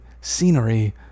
scenery